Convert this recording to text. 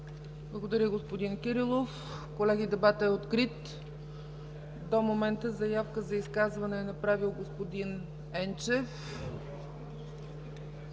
Благодаря, господин Кирилов. Колеги, дебатът е открит. До момента заявка за изказване е направил господин Енчев.